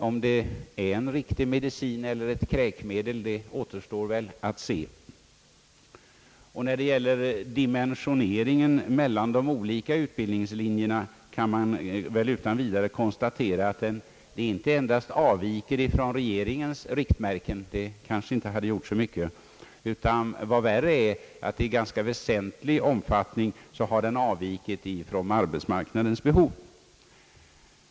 Om det är en riktig medicin eller ett kräkmedel återstår att se. När det gäller dimensioneringen mellan de olika utbildningslinjerna kan det väl utan vidare konstateras att den inte endast avviker från regeringens riktmärken — det hade kanske inte gjort så mycket — utan vad värre är i ganska väsentlig omfattning avviker även från arbetsmarknadens behov.